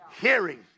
Hearing